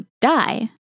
die